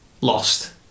lost